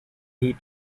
heat